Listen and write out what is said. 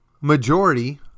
majority